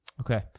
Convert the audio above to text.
Okay